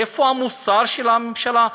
איפה המוסר של הממשלה?